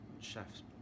chef's